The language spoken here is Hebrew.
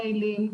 מיילים.